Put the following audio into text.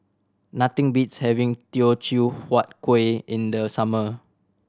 nothing beats having Teochew Huat Kuih in the summer